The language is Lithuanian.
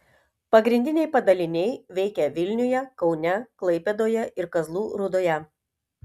pagrindiniai padaliniai veikia vilniuje kaune klaipėdoje ir kazlų rūdoje